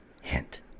Hint